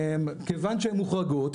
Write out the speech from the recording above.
כיוון שהן מוחרגות,